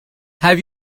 have